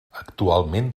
actualment